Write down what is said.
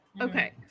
Okay